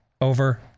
over